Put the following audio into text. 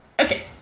Okay